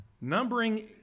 Numbering